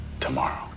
tomorrow